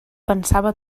pensava